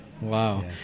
Wow